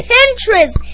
Pinterest